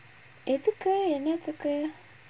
எதுக்கு என்னத்துக்கு:ethukku ennathukku